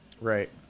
Right